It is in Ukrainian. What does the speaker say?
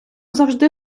завжди